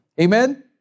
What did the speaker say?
amen